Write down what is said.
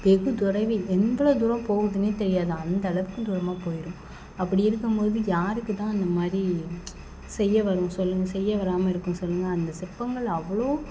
வெகு தொலைவில் எவ்வளோ தூரம் போகுதுன்னே தெரியாது அந்த அளவுக்கு தூரமாக போயிடும் அப்படி இருக்கும் போது யாருக்குத்தான் அந்த மாதிரி செய்ய வரும் சொல்லுங்கள் செய்ய வராமல் இருக்கும் சொல்லுங்கள் அந்த சிற்பங்கள் அவ்வளோ